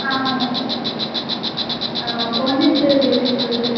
ആ ആ ഫോണിന് എത്രയാണ് റേറ്റ് ഇപ്പോഴത്തെ